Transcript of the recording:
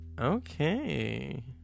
Okay